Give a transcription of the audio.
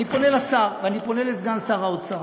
אני פונה לשר ואני פונה לסגן שר האוצר,